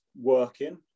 working